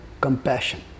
Compassion